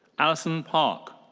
allison park.